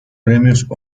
premios